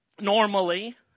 Normally